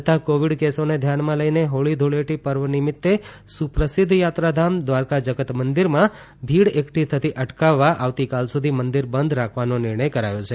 વધતાં કોવિડ કેસોને ધ્યાનમાં લઈને હોળી ધૂળેટી પર્વ નિમિત્તે સુપ્રસિદ્ધ યાત્રાધામ દ્વારકા જગત મંદિરમાં ભીડ એકઠી થતી અટકાવવા આવતીકાલ સુધી મંદિર બંધ રાખવાનો નિર્ણય કરાયો છે